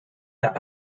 der